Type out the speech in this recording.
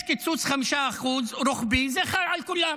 יש קיצוץ 5% רוחבי, זה חל על כולם,